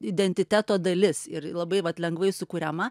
identiteto dalis ir labai vat lengvai sukuriama